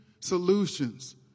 Solutions